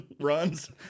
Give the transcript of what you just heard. runs